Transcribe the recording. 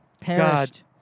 Perished